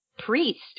priest